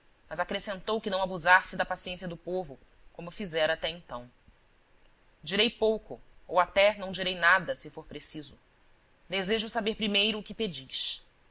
mas acrescentou que não abusasse da paciência do povo como fizera até então direi pouco ou até não direi nada se for preciso desejo saber primeiro o que pedis